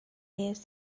cafe